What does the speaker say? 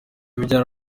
bijyana